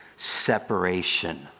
separation